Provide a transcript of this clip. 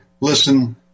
listen